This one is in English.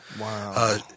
Wow